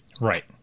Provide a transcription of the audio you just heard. Right